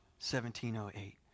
1708